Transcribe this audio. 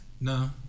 No